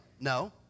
no